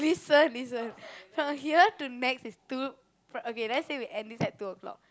listen listen from here to Nex is two~ okay let's say we end this at two o-clock